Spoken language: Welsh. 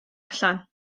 allan